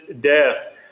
death